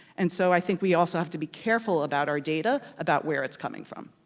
and so i think we also have to be careful about our data about where it's coming from.